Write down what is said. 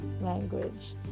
language